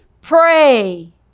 pray